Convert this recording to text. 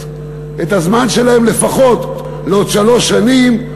את הזמן שלהם, לפחות לעוד שלוש שנים,